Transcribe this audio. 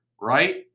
right